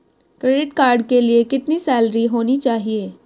Credit card के लिए कितनी सैलरी होनी चाहिए?